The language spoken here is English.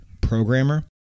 programmer